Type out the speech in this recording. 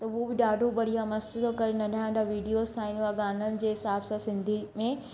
त उहो बि ॾाढो बढ़िया मस्त थो करे नंढा नंढा वीडियोसि ठाहींदो आहे गाननि जे हिसाब सां सिंधी में